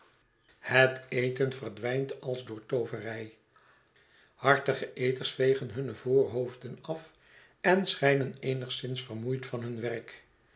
het eten verdwijnt als door tooverij hartige eters vegen hunne voorhoofden afenschijnn eenigszins vermoeid van hun werk